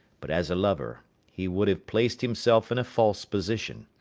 but as a lover he would have placed himself in a false position.